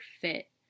fit